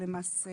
לנו.